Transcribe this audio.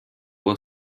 will